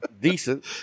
Decent